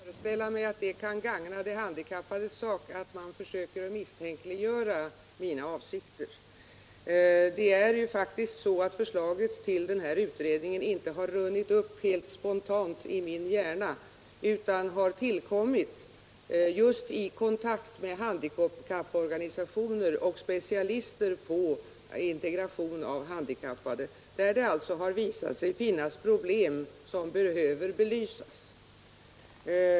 Herr talman! Jag har väldigt svårt att föreställa mig att det kan gagna de handikappades sak att man försöker misstänkliggöra mina avsikter. Förslaget till denna utredning har faktiskt inte runnit upp helt spontant i min hjärna utan har tillkommit just i kontakt med handikapporganisationer och specialister på integration av handikappade. Det har där visat sig finnas problem som behöver belysas.